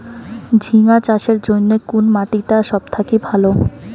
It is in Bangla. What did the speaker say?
ঝিঙ্গা চাষের জইন্যে কুন মাটি টা সব থাকি ভালো?